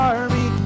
Army